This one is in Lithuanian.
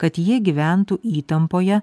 kad jie gyventų įtampoje